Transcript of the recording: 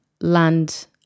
land